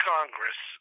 Congress